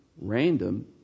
random